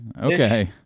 Okay